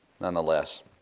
nonetheless